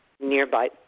nearby